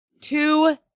two